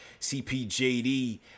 cpjd